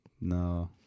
No